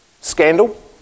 scandal